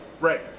Right